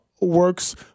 works